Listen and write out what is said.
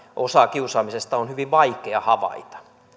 osaa kiusaamisesta on hyvin vaikea havaita